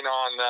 on